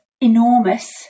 enormous